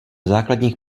základních